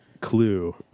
clue